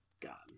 God